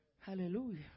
Hallelujah